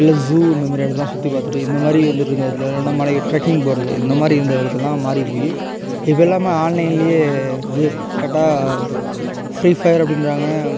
இல்லை ஜூ இந்தமாதிரி இடத்தெல்லாம் சுற்றிப் பார்த்துட்டு இந்தமாதிரி வந்துருந்த நேரத்தில் நம்ம மலை ட்ரக்கிங் போகறது இந்தமாதிரி இருந்த இடத்தல்லாம் மாறி போய் இப்போ எல்லாமே ஆன்லைன்லையே கேம் கேட்டால் ஃப்ரீஃபயர் அப்படின்றாங்க